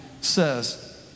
says